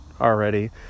already